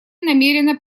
намерена